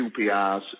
QPRs